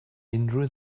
unrhyw